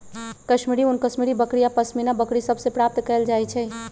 कश्मीरी ऊन कश्मीरी बकरि आऽ पशमीना बकरि सभ से प्राप्त कएल जाइ छइ